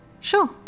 Sure